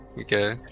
Okay